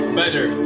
better